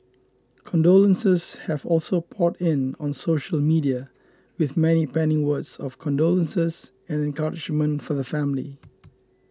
condolences have also poured in on social media with many penning words of condolences and encouragement for the family